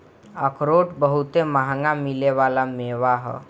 अखरोट बहुते मंहगा मिले वाला मेवा ह